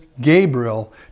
Gabriel